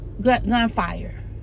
gunfire